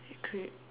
could